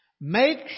make